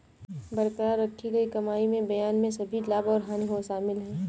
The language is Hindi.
बरकरार रखी गई कमाई में बयान में सभी लाभ और हानि शामिल हैं